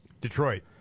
Detroit